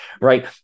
right